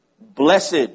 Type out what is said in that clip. Blessed